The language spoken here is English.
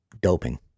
doping